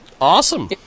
Awesome